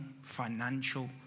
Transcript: financial